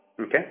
Okay